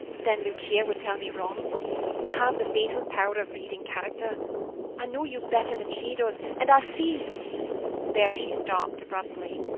then lucia would tell me wrong. i have the fatal power of reading character i know you better than she does, and i see there she stopped abruptly.